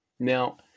Now